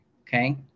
Okay